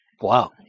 Wow